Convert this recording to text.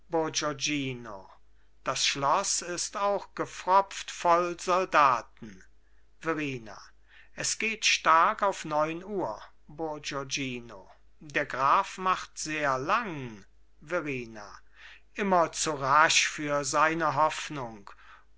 das schloß ist auch gepfropft voll soldaten verrina es geht stark auf neun uhr bourgognino der graf macht sehr lang verrina immer zu rasch für seine hoffnung